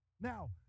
Now